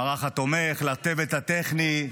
למערך התומך, לצוות הטכני.